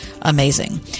amazing